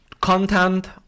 content